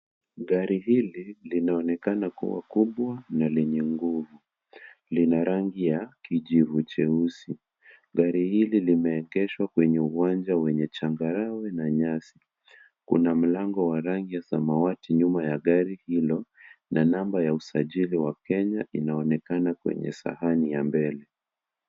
Gari hili linaonekana kuwa kubwa na lenye nguvu. Lina rangi ya kijivu jeusi. Gari hili limeegeshwa kwenye uwanja wenye changarawi na nyasi. Kuna mlango wa rangi ya samawati nyuma ya gari hilo na namba ya usajili wa Kenya inaonekana kwenye sahani ya mbele.